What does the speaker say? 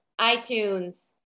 iTunes